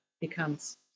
becomes